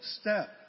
step